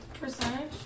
percentage